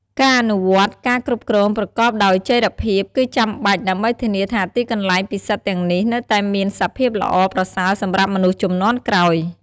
ការអនុវត្តការគ្រប់គ្រងប្រកបដោយចីរភាព គឺចាំបាច់ ដើម្បីធានាថាទីកន្លែងពិសិដ្ឋទាំងនេះនៅតែមានសភាពល្អប្រសើរសម្រាប់មនុស្សជំនាន់ក្រោយ។